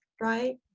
right